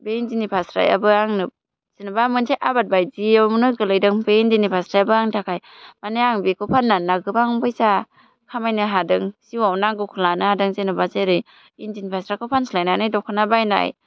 बे इन्दिनि फास्रायाबो आंनो जेनेबा मोनसे आबाद बायदियावनो गोलैदों बे इन्दिनि फास्रायाबो आंनि थाखाय माने आं बेखौ फाननानै गोबां फैसा खामायनो हादों जिउआव नांगौखौ लानो हादों जेन'बा जेरै इन्दिनि फास्राखौ फानस्लायनानै दख'ना बायनाय